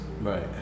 Right